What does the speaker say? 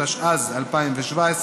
התשע"ז 2017,